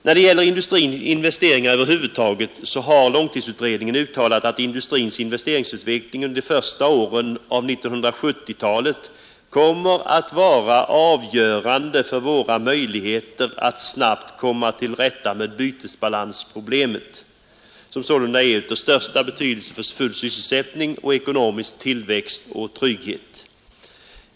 När det gäller industrins investeringar över huvud taget så har långtidsutredningen uttalat att industrins investeringsutveckling under de första åren av 1970-talet kommer att vara avgörande för våra möjligheter att snabbt komma till rätta med bytesbalansproblemet, som sålunda är av största betydelse för full sysselsättning och ekonomisk tillväxt och trygghet.